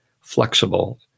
flexible